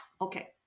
Okay